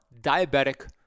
diabetic